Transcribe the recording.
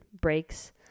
breaks